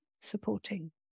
supporting